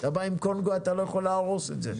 אתה בא עם קונגו ואתה לא יכול להרוס את זה.